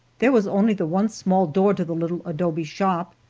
there was only the one small door to the little adobe shop,